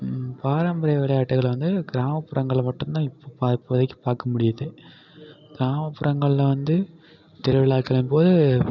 பாரம்பரிய விளையாட்டுகளை வந்து கிராமப்புறங்களில் மட்டுந்தான் இப்போ பா இப்போதைக்கு பார்க்க முடியுது கிராமப்புறங்களில் வந்து திருவிழாக்களின்போது